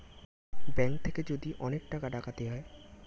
bank থেকে যদি অনেক টাকা ডাকাতি হয়